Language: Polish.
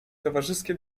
towarzyskie